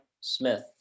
Smith